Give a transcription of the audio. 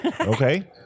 okay